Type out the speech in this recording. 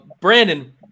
Brandon